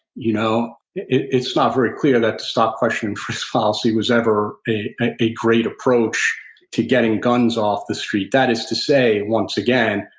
you know it's not very clear that the stop, question, and frisk policy was ever a a great approach to getting guns off the street. that is to say, once again,